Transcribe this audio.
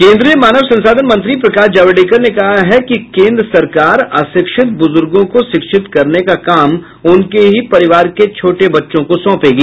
केंद्रीय मानव संसाधन मंत्री प्रकाश जावड़ेकर ने कहा है कि केंद्र सरकार अशिक्षित बुजुर्गों को शिक्षित करने का काम उनके ही परिवार के छोटे बच्चों को सौंपेगी